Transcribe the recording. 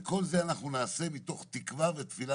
את כל זה אנחנו נעשה מתוך תקווה ותפילה